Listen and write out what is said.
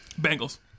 Bengals